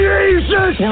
Jesus